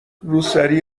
روسری